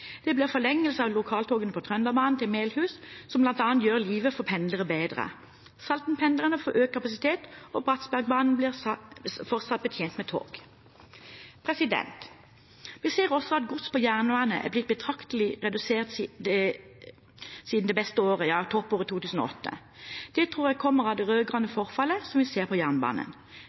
Det blir forlengelse av lokaltogene på Trønderbanen til Melhus, som bl.a. gjør livet for pendlere bedre. Saltenpendelen får økt kapasitet, og Bratsbergbanen blir fortsatt betjent med tog. Vi ser også at gods på jernbane er blitt betraktelig redusert siden det beste året, toppåret 2008. Det tror jeg kommer av det rød-grønne forfallet som vi ser på jernbanen.